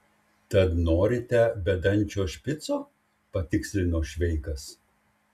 tad norite bedančio špico patikslino šveikas